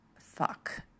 Fuck